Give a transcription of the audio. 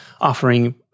offering